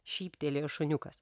šyptelėjo šuniukas